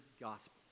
gospel